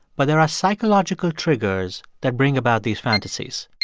but there are psychological triggers that bring about these fantasies